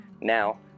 Now